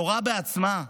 התורה בעצמה,